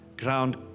ground